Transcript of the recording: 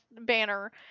banner